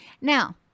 Now